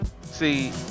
See